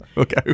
Okay